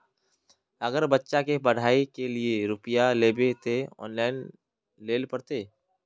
अगर बच्चा के पढ़ाई के लिये रुपया लेबे ते ऑनलाइन लेल पड़ते?